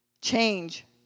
change